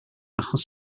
achos